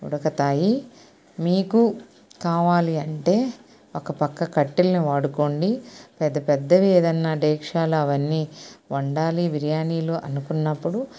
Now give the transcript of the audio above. ఉడుకుతాయి మీకు కావాలి అంటే ఒకపక్క కట్టెలని వాడుకోండి పెద్ద పెద్దవి ఏదన్నా డేక్షలు అవన్నీ వండాలి బిర్యానీలు అనుకున్నప్పుడు